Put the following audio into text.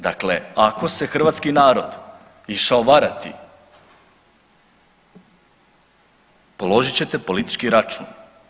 Dakle, ako se hrvatski narod išao varati položit ćete politički račun.